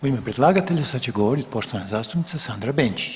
U ime predlagatelja, sad će govoriti poštovana zastupnica Sandra Benčić.